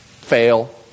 fail